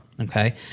okay